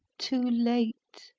too late!